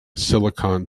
silicon